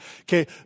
Okay